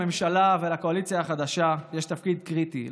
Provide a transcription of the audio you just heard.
לממשלה ולקואליציה החדשה יש תפקיד קריטי,